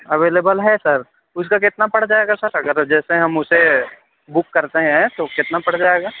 available ہے sir اُس کا کتنا پڑ جائے گا سر اگر جیسے ہم اُسے بک کرتے ہیں تو کتنا پڑ جائے گا